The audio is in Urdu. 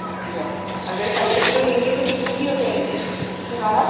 اچھا اگر پندرہ کیلو لیں گے تو کتنے کی ہو جائے گی سنگھاڑا